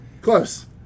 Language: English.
Close